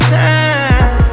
time